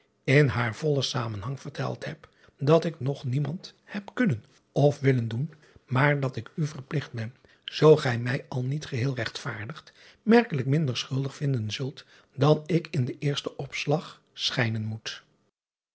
in haar vollen zamenhang verteld heb dat ik nog niemand heb kunnen of willen doen maar dat ik u verpligt ben gij mij zoo gij mij al niet geheel regtvaardigt merkelijk minder schuldig vinden zult dan ik in den eersten opslag schijnen moet